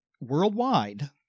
worldwide